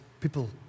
people